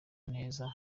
neza